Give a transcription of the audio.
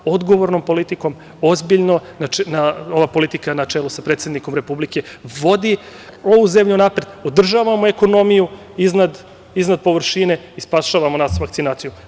Odgovornom politikom, ozbiljno, ova politika, na čelu sa predsednikom Republike, vodi ovu zemlju napred, održavamo ekonomiju iznad površine i spasavamo nas vakcinacijom.